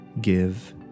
give